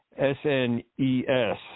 SNES